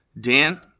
Dan